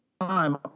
time